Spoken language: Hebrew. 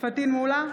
פטין מולא,